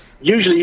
Usually